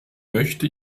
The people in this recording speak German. möchte